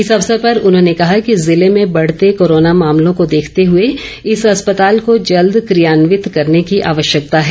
इस अवसर पर उन्होंने कहा कि जिले में बढ़ते कोरोना मामलों को देखते हुए इस अस्पताल को जल्द क्रियान्वित करने की आवश्यकता है